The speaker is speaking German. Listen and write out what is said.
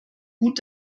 gut